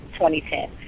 2010